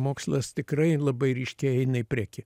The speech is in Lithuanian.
mokslas tikrai labai ryškiai eina į priekį